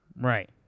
right